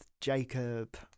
jacob